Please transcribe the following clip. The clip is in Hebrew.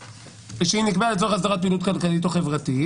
"היא נקבעה לצורך הסדרת פעילות כלכלית או חברתית